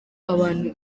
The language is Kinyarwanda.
abantu